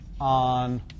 on